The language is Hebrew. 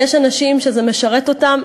יש אנשים שזה משרת אותם.